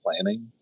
planning